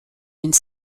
une